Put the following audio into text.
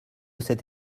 cette